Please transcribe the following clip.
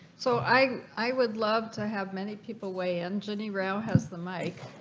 so i i would love to have many people weigh engineer ale has the mic